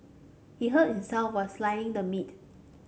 he hurt himself while slicing the meat